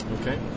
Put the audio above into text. Okay